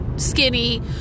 skinny